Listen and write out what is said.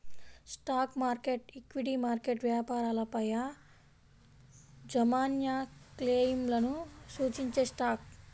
stock market, equity market వ్యాపారాలపైయాజమాన్యక్లెయిమ్లను సూచించేస్టాక్